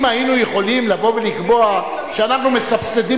אם היינו יכולים לבוא ולקבוע שאנחנו מסבסדים